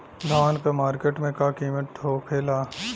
धान क मार्केट में का कीमत होखेला?